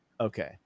okay